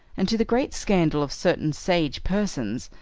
and, to the great scandal of certain sage persons,